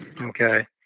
Okay